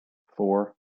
four